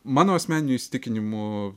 mano asmeniniu įsitikinimu